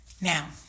Now